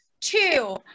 two